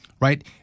Right